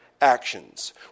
actions